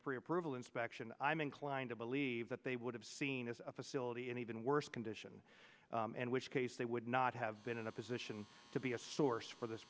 approval inspection i'm inclined to believe that they would have seen as a facility in even worse condition and which case they would not have been in a position to be a source for this